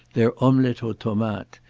their omelette aux tomates,